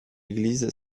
église